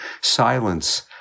silence